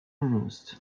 roost